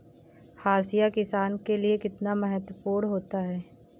हाशिया किसान के लिए कितना महत्वपूर्ण होता है?